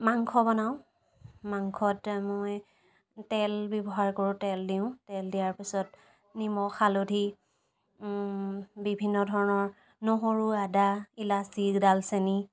মাংস বনাওঁ মাংসত মই তেল ব্যৱহাৰ কৰোঁ তেল দিওঁ তেল দিয়াৰ পিছত নিমখ হালধি বিভিন্ন ধৰণৰ নহৰু আদা ইলাচি দালচেনি